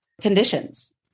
conditions